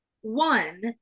one